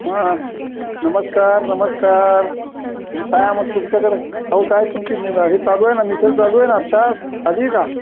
हां नमस्कार नमस्कार काय मग तुमच्याकडे अह काय तुमची हे चालू आहे ना मिसळ चालू आहे ना आता झाली का